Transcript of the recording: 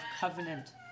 covenant